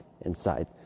inside